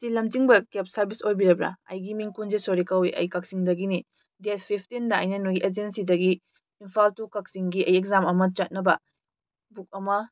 ꯁꯤ ꯂꯝꯖꯤꯡꯕ cab service ꯑꯣꯏꯕꯤꯔꯕ꯭ꯔꯥ ꯑꯩꯒꯤ ꯃꯤꯡ ꯀꯨꯟꯖꯔꯁꯣꯔꯤ ꯀꯧꯏ ꯑꯩ ꯀꯛꯆꯤꯡꯗꯒꯤꯅꯤ ꯗꯦꯠ ꯐꯤꯐꯇꯤꯟꯗ ꯑꯩꯅ ꯅꯣꯏꯒꯤ ꯑꯦꯖꯦꯟꯁꯤꯗꯒꯤ ꯏꯝꯐꯥꯜ ꯇꯨ ꯀꯛꯆꯤꯡꯒꯤ ꯑꯩ ꯑꯦꯛꯖꯥꯝ ꯑꯃ ꯆꯠꯅꯕ ꯕꯨꯛ ꯑꯃ